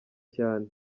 cyane